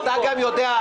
ואתה גם יודע,